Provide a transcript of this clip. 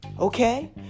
Okay